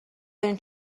دارین